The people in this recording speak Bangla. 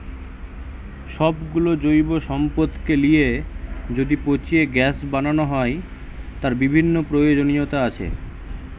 সব গুলো জৈব সম্পদকে লিয়ে যদি পচিয়ে গ্যাস বানানো হয়, তার বিভিন্ন প্রয়োজনীয়তা আছে